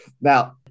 Now